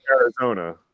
Arizona